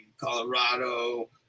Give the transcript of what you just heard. colorado